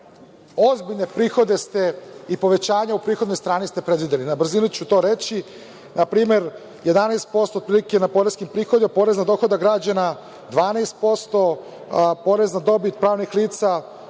ozbiljne prihode i povećanja u prihodnoj strani predvideli. Na brzinu ću to reći. Na primer, 11% otprilike na poreske prihode, porez na dohodak građana 12%, porez na dobit pravnih lica